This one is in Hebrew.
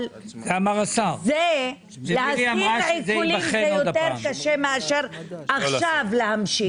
אבל להסדיר עיקולים זה יותר קשה מאשר להמשיך אותם.